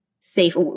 safe